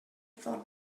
thought